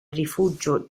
rifugio